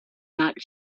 not